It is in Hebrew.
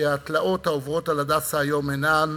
שהתלאות העוברות על "הדסה" היום אינן